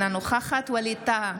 אינה נוכחת ווליד טאהא,